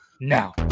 now